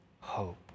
hope